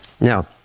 Now